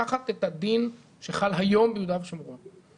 לקחת את הדין שחל היום ביהודה ושומרון